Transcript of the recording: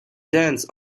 dance